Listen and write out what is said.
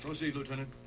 proceed, lieutenant.